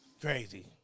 crazy